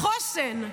החוסן.